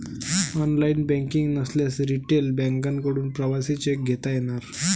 online banking नसल्यास retail बँकांकडून प्रवासी चेक घेता येणार